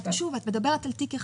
שוב, את מדברת על תיק אחד.